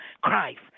Christ